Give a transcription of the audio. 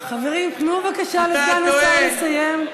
חברים, תנו, בבקשה, לסגן השר לסיים.